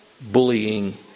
bullying